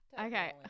Okay